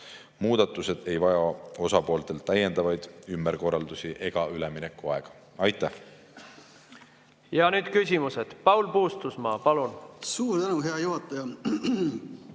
Muudatused ei vaja osapooltelt täiendavaid ümberkorraldusi ega üleminekuaega. Aitäh! Ja nüüd küsimused. Paul Puustusmaa, palun! Suur tänu, hea juhataja!